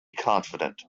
confident